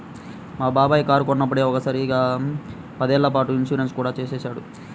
మా బాబాయి కారు కొన్నప్పుడే ఒకే సారిగా పదేళ్ళ పాటు ఇన్సూరెన్సు కూడా చేసేశాడు